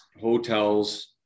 hotels